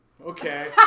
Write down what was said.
okay